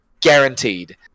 Guaranteed